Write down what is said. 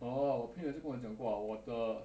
orh 我的朋友也是跟我讲过 lah 我的